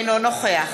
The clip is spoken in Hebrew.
אינו נוכח